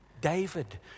David